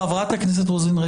חברת הכנסת רוזין.